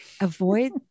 Avoid